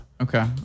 Okay